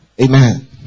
amen